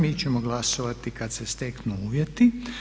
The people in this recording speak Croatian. Mi ćemo glasovati kad se steknu uvjeti.